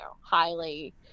highly